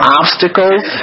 obstacles